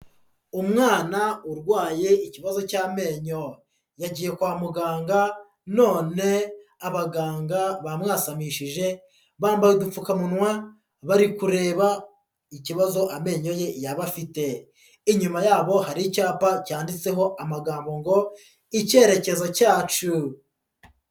Umwana urwaye ikibazo cy'amenyo, yagiye kwa muganga none abaganga bamwasamishije, bambaye udupfukamunwa, bari kureba ikibazo amenyo ye yaba afite, inyuma yabo hari icyapa cyanditseho amagambo ngo: "Icyerekezo cyacu."